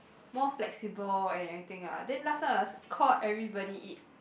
more flexible and everything ah then last time must call everybody eat